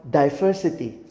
diversity